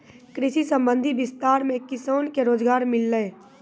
कृषि संबंधी विस्तार मे किसान के रोजगार मिल्लै